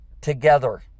together